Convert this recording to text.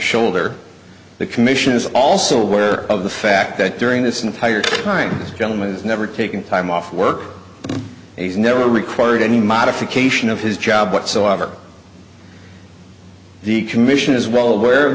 shoulder the commission is also aware of the fact that during this entire time gentleman has never taken time off work he's never required any modification of his job whatsoever the commission is well aware of